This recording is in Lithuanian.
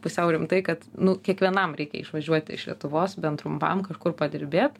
pusiau rimtai kad nu kiekvienam reikia išvažiuoti iš lietuvos bent trumpam kažkur padirbėt